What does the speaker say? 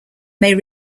may